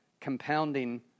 compounding